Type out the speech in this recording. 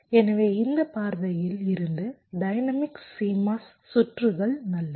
எனவே இந்த பார்வையில் இருந்து டைனமிக் CMOS சுற்றுகள் நல்லது